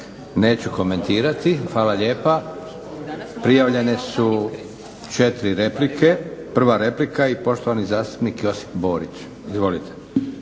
Neću komentirati. Hvala lijepa. Prijavljene su 4 replike. Prva replika i poštovani zastupnik Josip Borić. Izvolite.